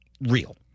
real